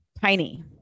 Tiny